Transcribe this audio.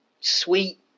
sweet